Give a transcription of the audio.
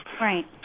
Right